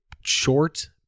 short